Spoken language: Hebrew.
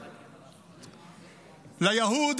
ליאהוד,